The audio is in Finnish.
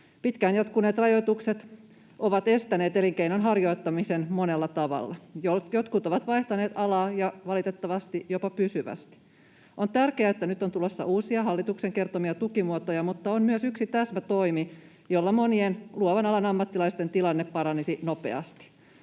Pitkään jatkuneet rajoitukset ovat estäneet elinkeinon harjoittamisen monella tavalla. Jotkut ovat vaihtaneet alaa, ja valitettavasti jopa pysyvästi. On tärkeää, että nyt on tulossa uusia hallituksen kertomia tukimuotoja, mutta on myös yksi täsmätoimi, jolla monien luovan alan ammattilaisten tilanne paranisi nopeasti.